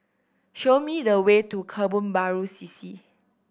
show me the way to Kebun Baru C C